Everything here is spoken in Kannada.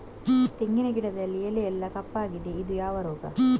ತೆಂಗಿನ ಗಿಡದಲ್ಲಿ ಎಲೆ ಎಲ್ಲಾ ಕಪ್ಪಾಗಿದೆ ಇದು ಯಾವ ರೋಗ?